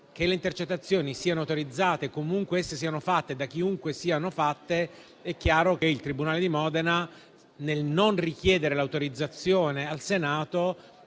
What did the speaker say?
che le intercettazioni siano autorizzate, comunque esse siano fatte e da chiunque siano fatte, è chiaro che il tribunale di Modena, non richiedendo l'autorizzazione al Senato,